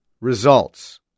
results